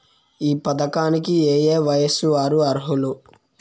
ఈ పథకానికి ఏయే వయస్సు వారు అర్హులు?